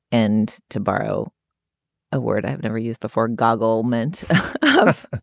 and to borrow a word i've never used before, gogol meant half